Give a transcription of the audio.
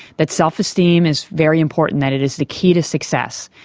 that self-esteem is very important, that it is the key to success,